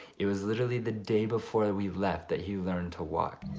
it was literally the day before we left that he learned to walk.